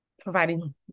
providing